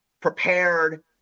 prepared